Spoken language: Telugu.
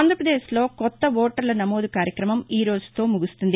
ఆంధ్రాపదేశ్లో కొత్త ఓటర్ల నమోదు కార్యక్రమం ఈ రోజుతో ముగుస్తుంది